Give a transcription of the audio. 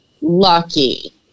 lucky